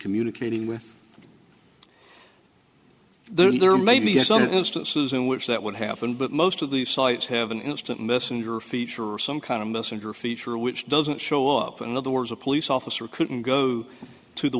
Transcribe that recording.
communicating with there may be some instances in which that would happen but most of these sites have an instant messenger feature or some kind of messenger feature which doesn't show up in other words a police officer couldn't go to the